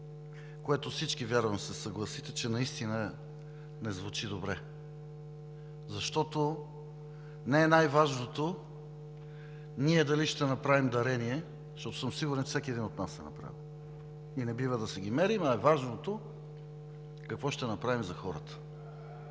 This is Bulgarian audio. всички ще се съгласите, че наистина не звучи добре. Не е най-важното дали ние ще направим дарение, защото съм сигурен, че всеки един от нас е направил. Не бива да си ги мерим, а е важното какво ще направим за хората.